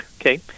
Okay